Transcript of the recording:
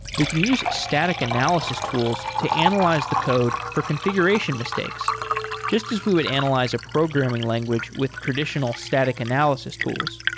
we can use static analysis tools to analyze the code for configuration mistakes just as we could analyze a programming language with traditional static analysis tools.